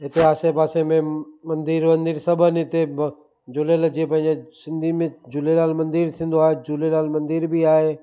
हिते आसे पासे में मंदर वंदिर सभु आहिनि इते झूलेलाल जीअं पंहिंजे सिंधियुनि में झूलेलाल मंदर थींदो आहे झूलेलाल मंदर बि आहे